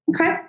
okay